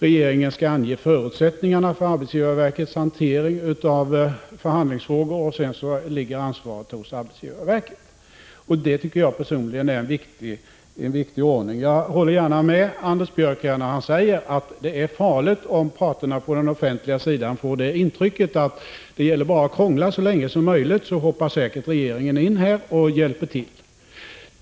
Regeringen skall ange förutsättningarna för arbetsgivarverkets hantering av förhandlingsfrågor, och sedan ligger ansvaret hos arbetsgivarverket. Det tycker jag personligen är en riktig ordning. Jag håller gärna med Anders Björck, när han här säger att det är farligt om parterna på den offentliga sidan får det intrycket att det bara gäller att krångla så länge som möjligt, för sedan hoppar regeringen in och hjälper till.